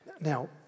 Now